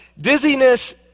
dizziness